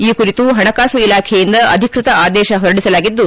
ಈ ಕುರಿತು ಪಣಕಾಸು ಇಲಾಖೆಯಿಂದ ಅಧಿಕೃತ ಅದೇಶ ಹೊರಡಿಸಲಾಗಿದ್ದು